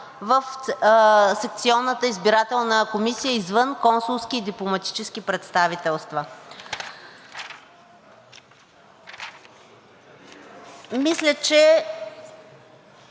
в секционната избирателна комисия извън консулски и дипломатически представителства. Мисля, че